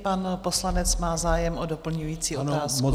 Pan poslanec má zájem o doplňující otázku.